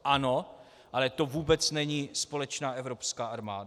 Ano, ale to vůbec není společná evropská armáda.